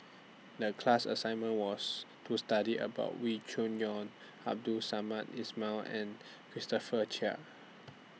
The class assignment was to study about Wee Cho Yaw Abdul Samad Ismail and Christopher Chia